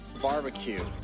Barbecue